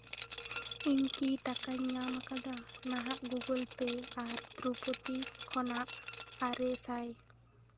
ᱤᱧ ᱠᱤ ᱴᱟᱠᱟᱧ ᱧᱟᱢ ᱠᱟᱫᱟ ᱱᱟᱦᱟᱜ ᱜᱩᱜᱳᱞ ᱯᱮ ᱟᱨ ᱫᱨᱳᱯᱳᱫᱤ ᱠᱷᱚᱱᱟᱜ ᱟᱨᱮ ᱥᱟᱭ